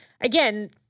again